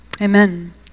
amen